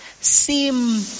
seem